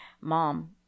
mom